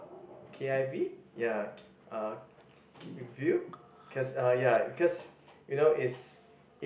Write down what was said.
k_i_v ya uh keep in view cause uh ya cause you know it's